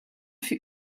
für